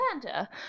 Santa